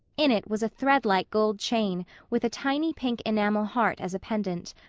in it was a thread-like gold chain with a tiny pink enamel heart as a pendant.